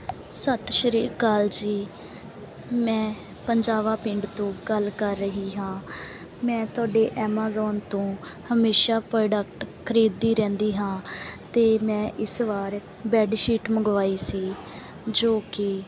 ਸਤਿ ਸ਼੍ਰੀ ਅਕਾਲ ਜੀ ਮੈਂ ਪੰਜਾਵਾ ਪਿੰਡ ਤੋਂ ਗੱਲ ਕਰ ਰਹੀ ਹਾਂ ਮੈਂ ਤੁਹਾਡੇ ਐਮਾਜ਼ੋਨ ਤੋਂ ਹਮੇਸ਼ਾਂ ਪ੍ਰੋਡਕਟ ਖਰੀਦਦੀ ਰਹਿੰਦੀ ਹਾਂ ਅਤੇ ਮੈਂ ਇਸ ਵਾਰ ਬੈਡਸ਼ੀਟ ਮੰਗਵਾਈ ਸੀ ਜੋ ਕਿ